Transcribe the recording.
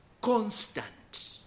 constant